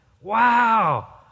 Wow